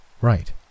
Right